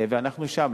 ואנחנו שם.